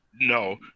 No